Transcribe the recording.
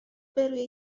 برروی